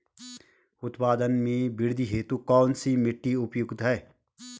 उत्पादन में वृद्धि हेतु कौन सी मिट्टी उपयुक्त है?